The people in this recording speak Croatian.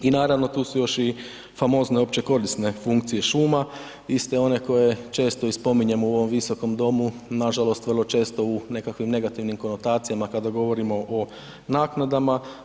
I naravno, tu su još i famozne općekorisne funkcije šuma, iste one koje često i spominjemo u ovom visokom domu, nažalost vrlo često u nekakvim negativnim konotacijama kada govorimo o naknadama.